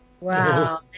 Wow